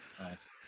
Nice